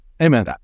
Amen